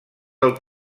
del